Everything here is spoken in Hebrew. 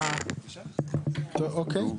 אוקיי.